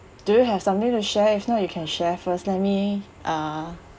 do you have something to share if not you can share first let me uh